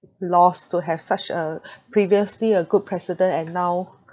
loss to have such a previously a good president and now